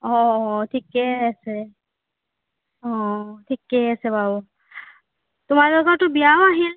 অঁ থিকেই আছে অঁ থিকেই আছে বাৰু তোমালোকৰতো বিয়াও আহি আছে